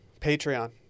Patreon